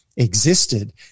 existed